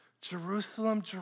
Jerusalem